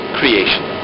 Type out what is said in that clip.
creation